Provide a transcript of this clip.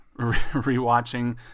rewatching